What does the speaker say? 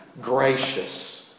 gracious